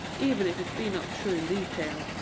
even if it be not true in detail.